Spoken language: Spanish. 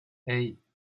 hey